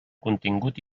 contingut